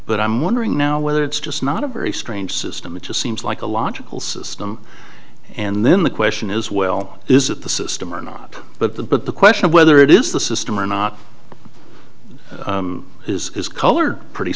but i'm wondering now whether it's just not a very strange system it just seems like a logical system and then the question is well is it the system or not but the but the question of whether it is the system or not is his color pretty